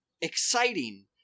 exciting